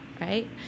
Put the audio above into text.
right